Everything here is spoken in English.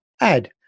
add